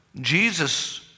Jesus